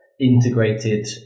integrated